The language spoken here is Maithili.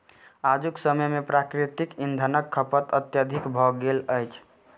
आजुक समय मे प्राकृतिक इंधनक खपत अत्यधिक भ गेल अछि